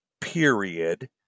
period